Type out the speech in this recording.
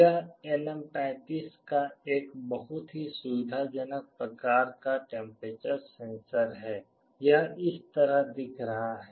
यह LM35 का एक बहुत ही सुविधाजनक प्रकार का टेम्पेरेचर सेंसर है यह इस तरह दिख रहा है